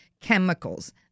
chemicals